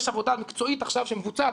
יש עבודה מקצועית שמבוצעת עכשיו,